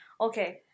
Okay